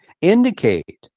indicate